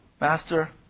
Master